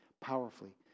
powerfully